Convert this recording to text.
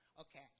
Okay